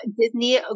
disney